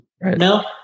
No